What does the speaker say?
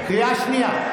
קריאה שנייה.